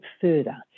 further